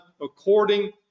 according